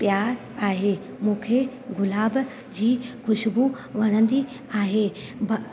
प्यार आहे मूंखे गुलाब जी ख़ुशबू वणंदी आहे ब